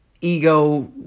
ego